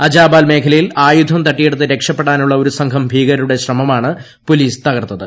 അചാബ്ബൂൽ മേഖലയിൽ ആയുധം തട്ടിയെടുത്ത് രക്ഷപ്പെടാനുള്ള ഒരു സ്ത്ര്ഘം ഭീകരരുടെ ശ്രമമാണ് പൊലീസ് തകർത്തത്